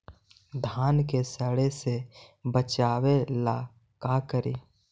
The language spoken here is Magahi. धान के सड़े से बचाबे ला का करि?